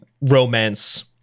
romance